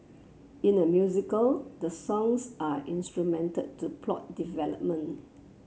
in a musical the songs are instrumental to plot development